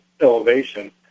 elevation